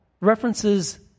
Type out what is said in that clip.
references